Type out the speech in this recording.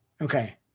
Okay